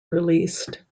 released